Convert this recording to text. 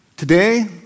Today